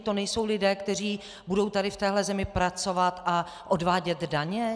To nejsou lidé, kteří budou tady v téhle zemi pracovat a odvádět daně?